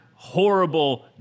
horrible